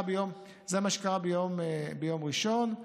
ביום ראשון.